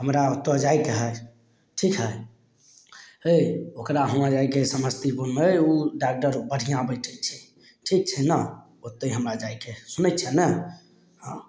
हमरा ओत्तऽ जाइके हइ ठीक हइ अइ ओकरा हुआँ जाइके हइ समस्तीपुरमे अइ डॉक्टर बढ़िआँ बैठय छै ठीक छै ने ओतय हमरा जाइके हइ सुनय छऽ ने हँ